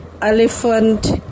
elephant